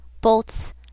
bolts